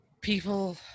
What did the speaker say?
people